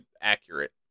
accurate